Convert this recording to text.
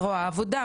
זרוע העבודה,